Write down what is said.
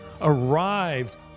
arrived